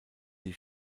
die